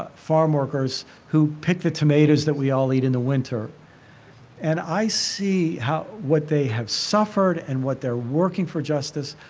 ah farm workers who pick the tomatoes that we all eat in the winter and i see what they have suffered and what their working for justice,